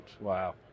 Wow